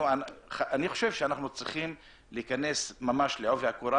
אנחנו צריכים להיכנס לעובי הקורה